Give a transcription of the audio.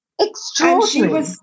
Extraordinary